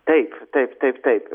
taip taip taip taip